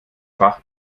fach